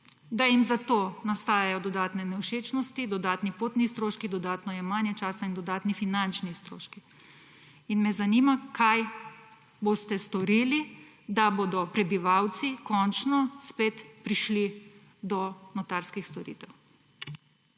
da jim za to nastajajo dodatne nevšečnosti, dodatni potni stroški, dodatno jemanje časa in dodatni finančni stroški. Zanima me: Kaj boste storili, da bodo prebivalci končno spet prišli do notarskih storitev?